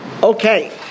Okay